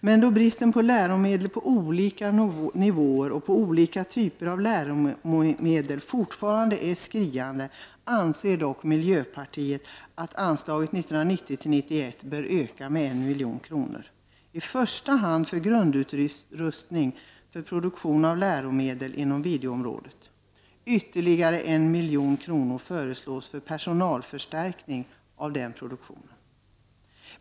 Men då bristen på läromedel på olika nivåer och på olika typer av läromedel fortfarande är skriande anser dock miljöpartiet att anslaget för budgetåret 1990/91 bör öka med 1 milj.kr., i första hand för grundutrustning och för produktion av läromedel inom videoområdet. Ytterligare 1 milj.kr. föreslås för personalförstärkning för den produktionen.